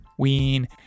ween